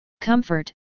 Comfort